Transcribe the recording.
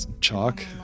chalk